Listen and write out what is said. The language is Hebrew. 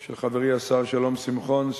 של חברי השר שלום שמחון,